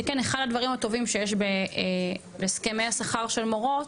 שכן אחד הדברים הטובים שיש בך בהסכמי השכר של מורות,